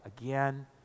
again